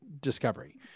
Discovery